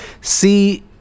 see